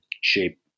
shape